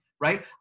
right